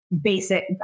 basic